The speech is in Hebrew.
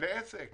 לעסק